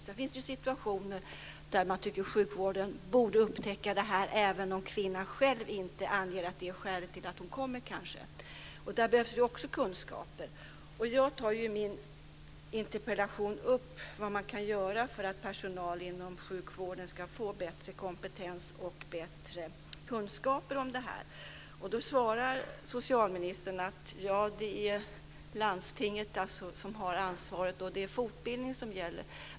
Sedan finns det situationer där man tycker att sjukvården borde upptäcka det här även om kvinnan själv kanske inte anger att det är skälet till att hon kommer. Där behövs det ju också kunskaper. Jag tar i min interpellation upp vad man kan göra för att personal inom sjukvården ska få bättre kompetens och bättre kunskaper om det här. Då svarar socialministern att det är landstinget som har ansvaret och att det är fortbildning som gäller.